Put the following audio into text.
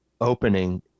opening